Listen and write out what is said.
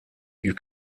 you